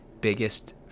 biggest